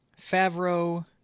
Favreau